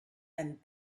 and